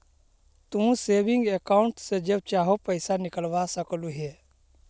तू saving account से जब चाहो पैसे निकलवा सकलू हे